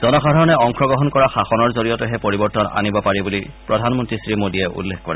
জনসাধাৰণে অংশগ্ৰহণ কৰা শাসনৰ জৰিয়তেহে পৰিৱৰ্তন আনিব পাৰি বুলি প্ৰধানমন্ত্ৰী শ্ৰীমোদীয়ে উল্লেখ কৰে